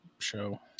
show